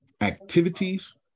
activities